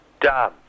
Done